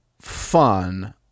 fun